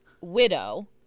widow